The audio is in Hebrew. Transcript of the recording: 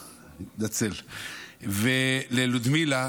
הזה, ללודמילה,